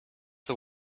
the